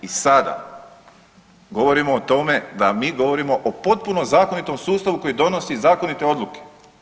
I sada govorimo o tome da mi govorimo o potpuno zakonitom sustavu koji donosi zakonite odluke.